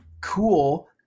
Cool